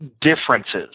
differences